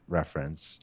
reference